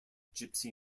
gipsy